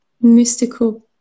mystical